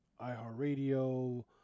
iHeartRadio